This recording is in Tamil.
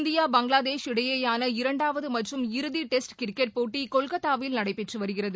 இந்தியா பங்களாதேஷ் இடையேயாள இரண்டாவது மற்றும் இறுதி டெஸ்ட் கிரிக்கெட் போட்டி கொல்கத்தாவில் நடைபெற்றுவருகிறது